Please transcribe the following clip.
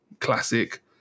classic